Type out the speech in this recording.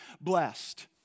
blessed